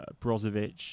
Brozovic